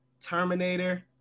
terminator